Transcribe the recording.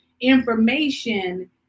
information